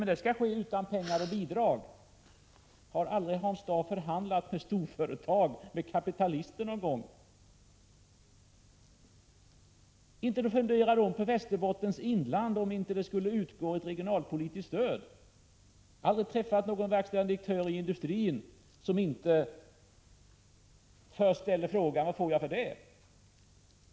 Men det skall ske utan pengar och bidrag! Har aldrig Hans Dau förhandlat med storföretag, med kapitalister, någon gång? Inte skulle de fundera på Västerbottens inland om det inte utgick ett regionalpolitiskt stöd. Jag har aldrig träffat någon verkställande direktör i industrin som inte först ställt frågan: Vad får jag för Prot. 1985/86:104 det?